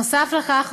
נוסף על כך,